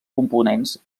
components